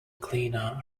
cleaner